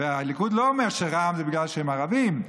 והליכוד לא אומר שזה בגלל שרע"מ הם ערבים,